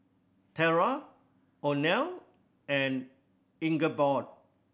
Terra Oneal and Ingeborg